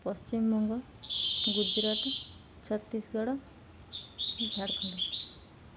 Paschimbanga Gujarat Chhattisgarh Jharkhand